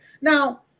Now